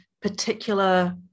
particular